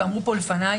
ואמרו פה לפניי,